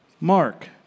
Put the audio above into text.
Mark